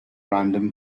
random